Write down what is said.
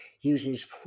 uses